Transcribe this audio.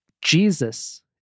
Jesus